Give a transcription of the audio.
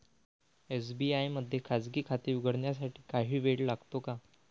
SBI मध्ये खाजगी खाते उघडण्यासाठी काही वेळ लागतो का?